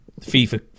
FIFA